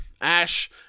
Ash